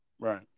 Right